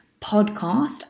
podcast